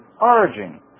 origin